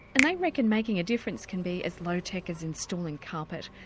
and they reckon making a difference can be as low tech as installing carpet.